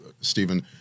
Stephen